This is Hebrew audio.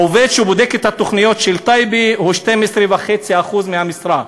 העובד שבודק את התוכניות של טייבה הוא 12.5% מהמשרה,